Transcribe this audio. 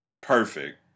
perfect